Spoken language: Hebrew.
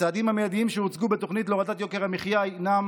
הצעדים המיידיים שהוצגו בתוכנית להורדת יוקר המחיה הם,